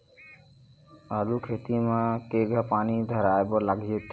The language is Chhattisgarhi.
आलू खेती म केघा पानी धराए बर लागथे?